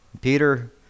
Peter